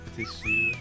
Tissue